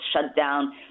shutdown